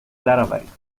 درآورید